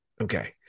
okay